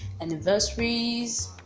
anniversaries